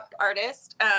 artist